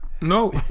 No